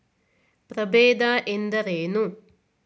ಪ್ರಭೇದ ಎಂದರೇನು?